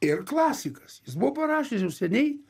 ir klasikas jis buvo parašęs jau seniai